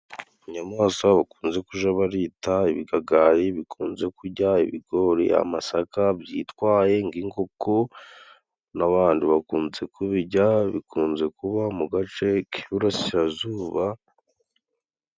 Inyamaswa bakunze kuja barita ibikagari, bikunze kujya ibigori, amasaka, byitwaye nk'inkoko n'abantu bakunze kubijya, bikunze kuba mu gace k'iburasirazuba.